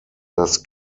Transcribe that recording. das